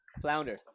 flounder